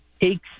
takes